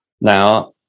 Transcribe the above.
now